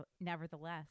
nevertheless